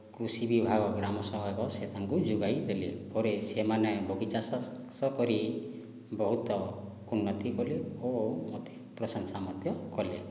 କୃଷି ବିଭାଗ ଗ୍ରାମ ସହାୟକ ସେ ତାଙ୍କୁ ଯୋଗାଇଦେଲେ ପରେ ସେମାନେ ବଗିଚା ଚାଷ କରି ବହୁତ ଉନ୍ନତି କଲେ ଓ ମୋତେ ପ୍ରଶଂସା ମଧ୍ୟ କଲେ